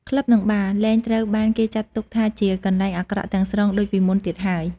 ក្លឹប និងបារ លែងត្រូវបានគេចាត់ទុកថាជាកន្លែងអាក្រក់ទាំងស្រុងដូចពីមុនទៀតហើយ ។